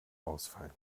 ausfallen